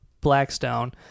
Blackstone